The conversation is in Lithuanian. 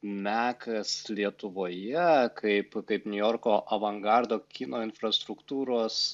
mekas lietuvoje kaip kaip niujorko avangardo kino infrastruktūros